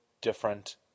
different